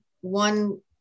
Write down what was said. one